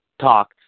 talk